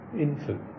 infant